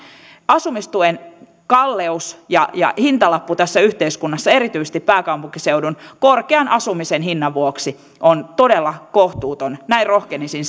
asumistuen kalleus ja ja hintalappu tässä yhteiskunnassa erityisesti pääkaupunkiseudun korkean asumisen hinnan vuoksi on todella kohtuuton näin rohkenisin